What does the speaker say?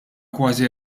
kważi